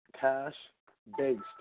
cash-based